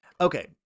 Okay